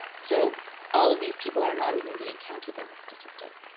so all of these people are not even being counted in this statistic.